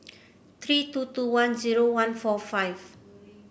three two two one zero one four five